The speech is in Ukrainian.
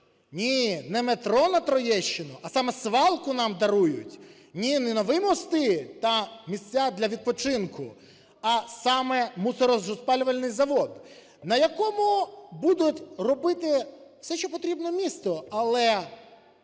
Ні, не метро на Троєщину, а саме свалку нам дарують. Ні, не нові мости та місця для відпочинку, а саме мусороспалювальний завод, на якому будуть робити все, що потрібно місту, але